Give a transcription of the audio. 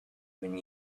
even